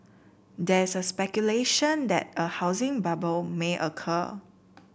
there is a speculation that a housing bubble may occur